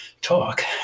talk